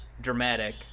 dramatic